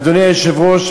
אדוני היושב-ראש,